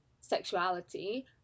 sexuality